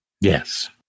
Yes